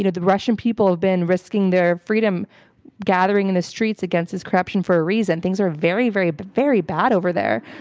you know the russian people have been risking their freedom gathering in the streets against his corruption for a reason. things are very, very, but very bad over there.